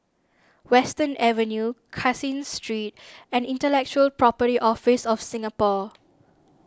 Western Avenue Caseen Street and Intellectual Property Office of Singapore